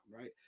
right